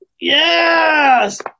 yes